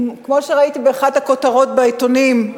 כמו שראיתי באחת הכותרות בעיתונים,